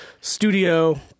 studio